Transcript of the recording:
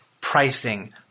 pricing